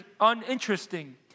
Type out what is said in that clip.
uninteresting